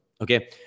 Okay